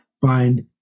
find